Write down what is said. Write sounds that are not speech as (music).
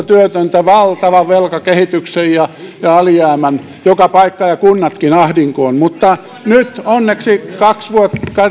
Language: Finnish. (unintelligible) työtöntä valtavan velkakehityksen ja ja alijäämän joka paikkaan ja kunnatkin ahdinkoon mutta nyt onneksi